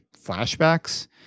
flashbacks